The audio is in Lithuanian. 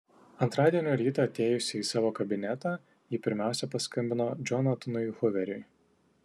antradienio rytą atėjusi į savo kabinetą ji pirmiausia paskambino džonatanui huveriui